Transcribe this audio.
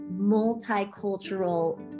multicultural